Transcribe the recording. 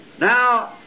Now